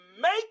make